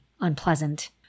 unpleasant